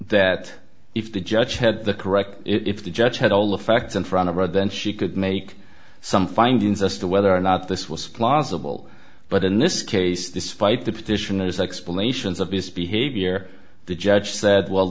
that if the judge had the correct if the judge had all the facts in front of her then she could make some findings us to whether or not this was plausible but in this case despite the petitioners explanations of this behavior the judge said well